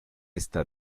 esta